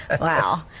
Wow